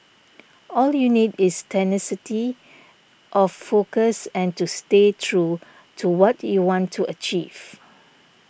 all you need is tenacity of focus and to stay true to what you want to achieve